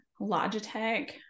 Logitech